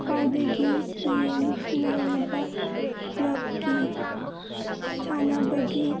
ꯈ꯭ꯋꯥꯏꯗꯒꯤ ꯌꯦꯡꯅꯔꯤꯕ ꯀ꯭ꯂꯕꯀꯤ ꯁꯥꯟꯅꯕꯒꯤ